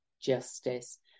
justice